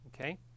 okay